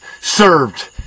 served